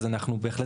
אז אנחנו בהחלט,